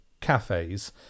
cafes